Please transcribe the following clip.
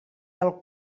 del